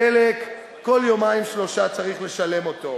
הדלק, כל יומיים-שלושה צריך לשלם אותו.